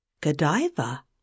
godiva